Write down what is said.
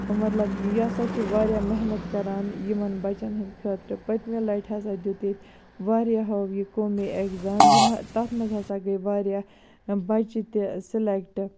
مَطلَب یہِ ہَسا چھ واریاہ محنَت کَران یِمَن بَچَن ہٕنٛدۍ خٲطرٕ پٔتمہِ لَٹہٕ ہَسا دیُت ییٚتہِ واریاہَو یہِ قومی ایٚگزام یِم ہا تتھ مَنٛز ہَسا گٔے واریاہ بَچہِ تہِ سِلیٚکٹ